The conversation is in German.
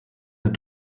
der